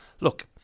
look